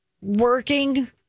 working